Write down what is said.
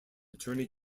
attorney